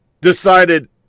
decided